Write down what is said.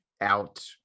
out